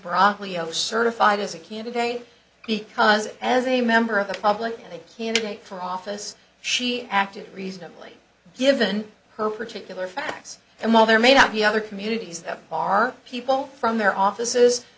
broccoli certified as a candidate because as a member of the public a candidate for office she acted reasonably given her particular facts and while there may not be other communities that bar people from their offices